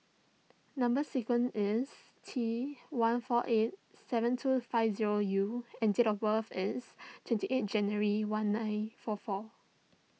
Number Sequence is T one four eight seven two five zero U and date of birth is twenty eight January one nine four four